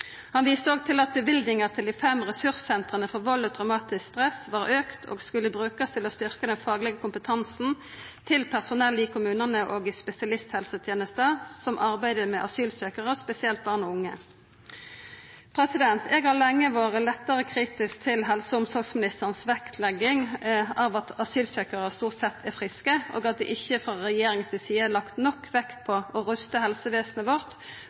Han viste òg til at løyvingane til dei fem ressursentra for vald og traumatisk stress var auka og skulle brukast til å styrkja den faglege kompetansen til personellet i kommunane og spesialisthelsetenesta som arbeider med asylsøkjarar, spesielt barn og unge. Eg har lenge vore lettare kritisk til helse- og omsorgsministerens vektlegging av at asylsøkjarar stort sett er friske, og at det frå regjeringa si side ikkje er lagt nok vekt på å rusta helsevesenet vårt